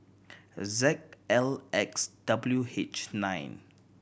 Z L X W H nine